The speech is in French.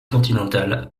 continental